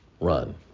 run